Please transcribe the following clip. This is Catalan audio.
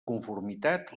conformitat